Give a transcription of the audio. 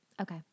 Okay